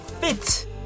fit